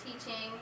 Teaching